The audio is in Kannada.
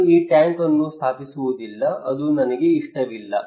ನಾನು ಈ ಟ್ಯಾಂಕ್ ಅನ್ನು ಸ್ಥಾಪಿಸುವುದಿಲ್ಲ ಅದು ನನಗೆ ಇಷ್ಟವಿಲ್ಲ